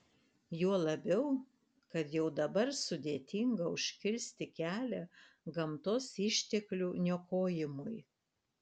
juo labiau kad jau dabar sudėtinga užkirsti kelią gamtos išteklių niokojimui